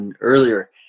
earlier